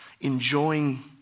enjoying